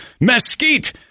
mesquite